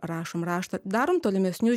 rašom raštą darom tolimesniu